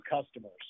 customers